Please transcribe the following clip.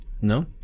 no